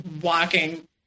walking